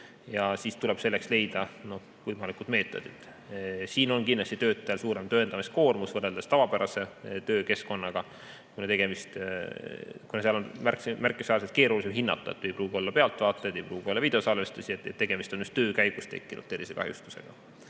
Selleks tuleb leida võimalikud meetodid. Siin on kindlasti töötajal suurem tõendamiskoormus võrreldes tavapärase töökeskkonnaga, kuna seal on märkimisväärselt keerulisem hinnata – ei pruugi olla pealtvaatajaid, ei pruugi olla videosalvestusi –, et tegemist on just töö käigus tekkinud tervisekahjustusega.